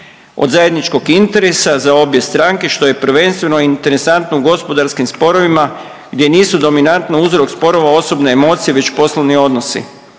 od zajedničkog interesa za obje stranke što je prvenstveno interesantno u gospodarskim sporovima gdje nisu dominantno uzrok sporova osobne emocije već poslovni odnosi.